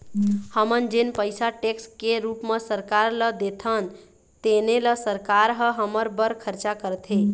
हमन जेन पइसा टेक्स के रूप म सरकार ल देथन तेने ल सरकार ह हमर बर खरचा करथे